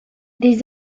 des